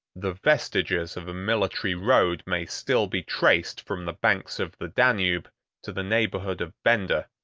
the vestiges of a military road may still be traced from the banks of the danube to the neighborhood of bender,